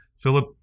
Philip